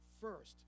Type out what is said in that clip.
first